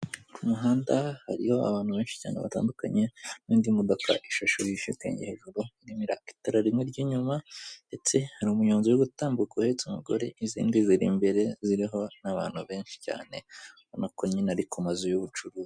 Ku muhanda hariho abantu benshi cyane batandukanye n'indi modoka ishushanyijeho hejuru iraka itara rimwe ry'inyuma ndetse hari umuyonziro utambuka uhetse umugore, izindi ziri imbere ziriho n'abantu benshi cyane, ubona ko nyine ari ku mazu y'ubucuruzi.